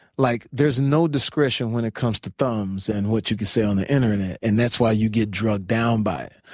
like there's no discretion when it comes to thumbs and what you can say on the internet, and that's why you get drug down by it.